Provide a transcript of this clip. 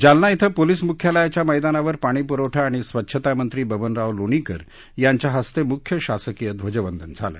जालना इथं पोलीस मुख्यालयाच्या मैदानावर पाणीपुरवठा आणि स्वच्छता मंत्री बबनराव लोणीकर यांच्या हस्ते मुख्य शासकीय ध्वजवंदन झालं